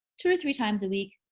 two or three times a week.